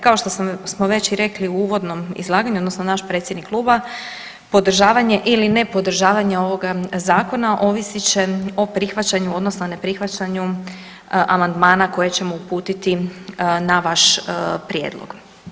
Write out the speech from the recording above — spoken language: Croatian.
Kao što smo već i rekli u uvodnom izlaganju, odnosno naš predsjednik kluba podržavanje ili ne podržavanje ovoga zakona ovisit će o prihvaćanju, odnosno ne prihvaćanju amandmana koje ćemo uputiti na vaš prijedlog.